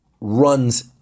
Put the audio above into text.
runs